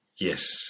Yes